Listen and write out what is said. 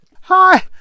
Hi